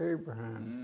Abraham